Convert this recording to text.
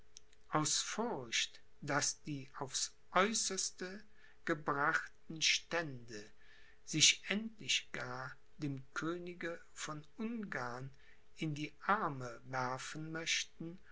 aus furcht daß die aufs aeußerste gebrachten stände sich endlich gar dem könige von ungarn in die arme werfen möchten